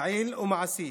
פעיל ומעשי